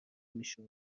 میشد